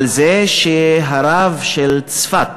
על זה שהרב של צפת,